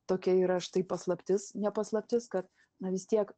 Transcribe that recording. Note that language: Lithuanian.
tokia yra štai paslaptis ne paslaptis kad na vis tiek